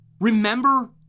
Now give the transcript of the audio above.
Remember